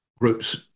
groups